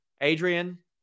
Adrian